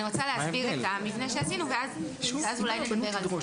אני רוצה להסביר את המבנה שעשינו ואז אולי נדבר על זה.